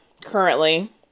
currently